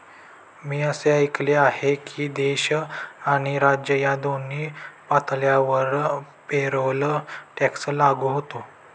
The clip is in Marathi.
मी असे ऐकले आहे की देश आणि राज्य या दोन्ही पातळ्यांवर पेरोल टॅक्स लागू होतो